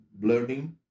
learning